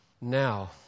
Now